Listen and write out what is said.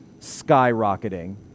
skyrocketing